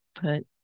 put